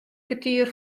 kertier